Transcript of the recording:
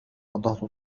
أضعت